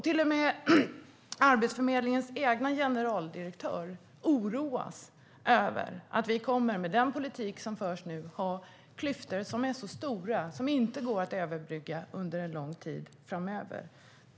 Till och med Arbetsförmedlingens egen generaldirektör oroas över att vi med den politik som nu förs kommer att ha klyftor som är så stora att de inte går att överbrygga under lång tid framöver.